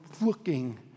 looking